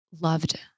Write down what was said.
loved